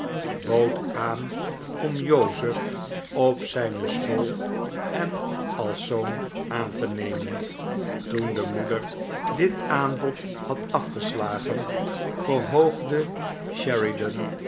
bood aan om jozef op zijne school en als zoon aan te nemen toen de moeder dit aanbod had afgeslagen verhoogde